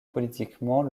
politiquement